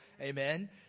Amen